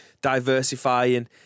diversifying